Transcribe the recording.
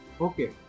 Okay